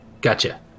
Gotcha